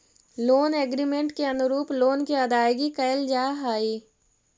loan agreement के अनुरूप loan के अदायगी कैल जा हई